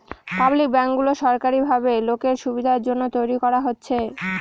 public ব্যাঙ্কগুলো সরকারি ভাবে লোকের সুবিধার জন্য তৈরী করা হচ্ছে